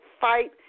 fight